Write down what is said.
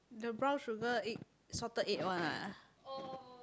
the brown sugar egg salted egg one ah